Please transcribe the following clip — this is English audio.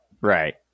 Right